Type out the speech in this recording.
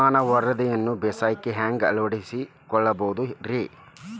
ಹವಾಮಾನದ ವರದಿಯನ್ನ ಬೇಸಾಯಕ್ಕ ಹ್ಯಾಂಗ ಅಳವಡಿಸಿಕೊಳ್ಳಬಹುದು ರೇ?